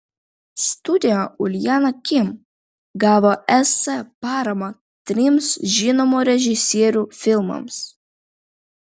studio uljana kim gavo es paramą trims žinomų režisierių filmams